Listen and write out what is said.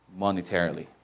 monetarily